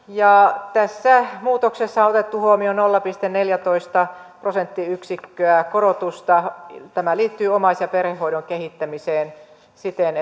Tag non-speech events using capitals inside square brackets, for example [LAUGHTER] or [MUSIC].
ja tässä muutoksessa on otettu huomioon nolla pilkku neljätoista prosenttiyksikköä korotusta tämä liittyy omais ja perhehoidon kehittämiseen siten [UNINTELLIGIBLE]